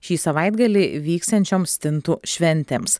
šį savaitgalį vyksiančioms stintų šventėms